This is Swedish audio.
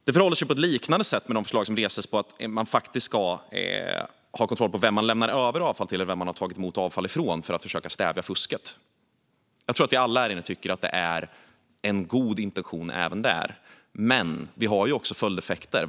Det förhåller sig på ett liknande sätt med de förslag som reses, för att försöka stävja fusket, om att man faktiskt ska ha kontroll på vem man lämnar över avfall till och vem man har tagit emot avfall från. Jag tror att vi alla här inne tycker att intentionen är god även där. Men det har också följdeffekter.